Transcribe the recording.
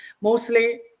mostly